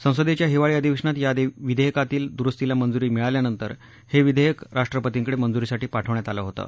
संसदेच्या हिवाळी अधिवेशनात या विधेयकातील दुरुस्तीला मंजुरी मिळाल्यानंतर हे विधेयक राष्ट्रपतींकडे मंजुरीसाठी पाठवण्यात आलं होतं